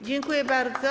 Dziękuję bardzo.